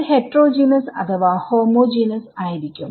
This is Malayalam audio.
അത് ഹെറ്ററോജീനസ് അഥവാ ഹോമോജീനസ്ആയിരിക്കും